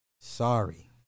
Sorry